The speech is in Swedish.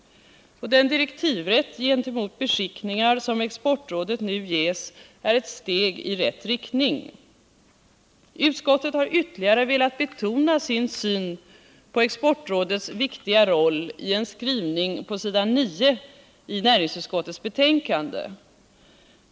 Den direktivrätt gentemot beskickningar som Exportrådet nu ges är ett steg i rätt riktning. Utskottet har ytterligare velat betona sin syn på Exportrådets viktiga roll i sin skrivning på s. 9 i näringsutskottets betänkande.